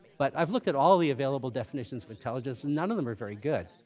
but i've looked at all the available definitions of intelligence, and none of them are very good.